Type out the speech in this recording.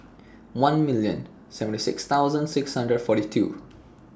one million seventy six thousand six hundred forty two